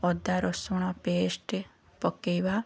ଅଦା ରସୁଣ ପେଷ୍ଟ୍ ପକେଇବା